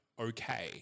okay